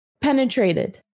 penetrated